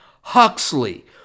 Huxley